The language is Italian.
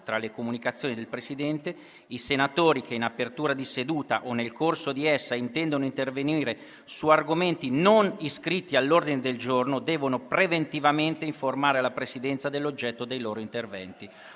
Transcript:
tra le comunicazioni del Presidente: «I senatori che, in apertura di seduta o nel corso di essa, intendono intervenire su argomenti non iscritti all'ordine del giorno, devono preventivamente informare la Presidenza dell'oggetto dei loro interventi.